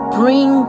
bring